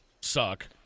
suck